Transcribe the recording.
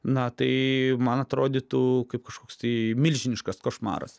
na tai man atrodytų kaip koks tai milžiniškas košmaras